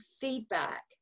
feedback